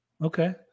Okay